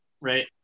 right